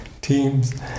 teams